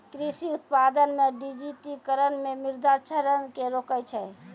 कृषि उत्पादन मे डिजिटिकरण मे मृदा क्षरण के रोकै छै